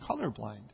colorblind